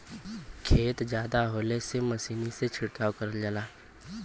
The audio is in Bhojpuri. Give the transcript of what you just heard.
खेत जादा होले से मसीनी से छिड़काव करल जाला